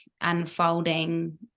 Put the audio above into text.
unfolding